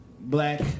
black